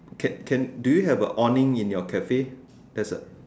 can can do you have a awning in your cafe there's a